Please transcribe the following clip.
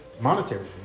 monetary